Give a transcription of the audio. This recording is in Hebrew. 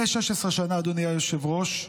אדוני היושב-ראש,